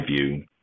view